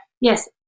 yes